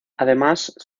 además